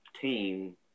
team